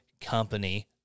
company